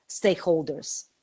stakeholders